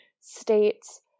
states